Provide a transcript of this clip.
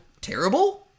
terrible